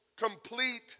complete